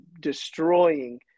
destroying –